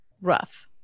rough